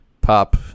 pop